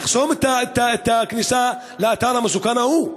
יחסום את הכניסה לאתר המסוכן ההוא,